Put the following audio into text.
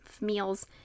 meals